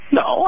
no